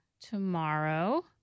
tomorrow